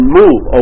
move